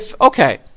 Okay